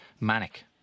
Manic